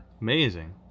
Amazing